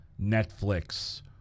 Netflix